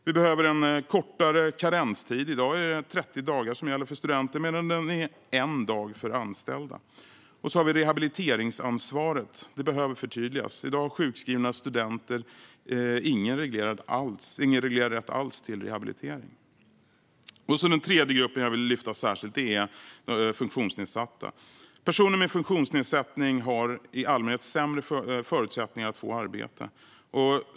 Vi behöver en kortare karenstid. I dag är det 30 dagar som gäller för studenter medan det är en dag för anställda. Dessutom behöver rehabiliteringsansvaret förtydligas. I dag har sjukskrivna studenter ingen reglerad rätt alls till rehabilitering. Den tredje grupp som jag särskilt vill lyfta fram är funktionsnedsatta. Personer med funktionsnedsättning har i allmänhet sämre förutsättningar att få arbete.